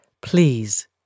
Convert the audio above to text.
please